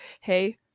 hey